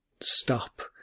stop